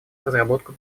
разработку